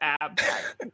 abs